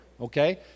okay